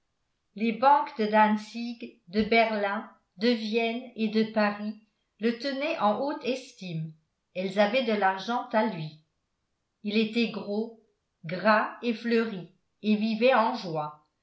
les banques de dantzig de berlin de vienne et de paris le tenaient en haute estime elles avaient de l'argent à lui il était gros gras et fleuri et vivait en joie